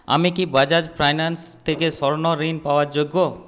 আমি কি বাজাজ ফাইন্যান্স থেকে স্বর্ণ ঋণ পাওয়ার যোগ্য